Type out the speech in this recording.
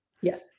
Yes